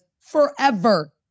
forever